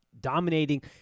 dominating